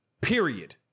Period